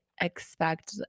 expect